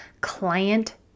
client